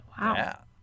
Wow